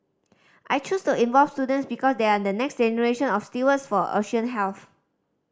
I chose to involve students because they are the next generation of stewards for ocean health